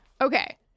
Okay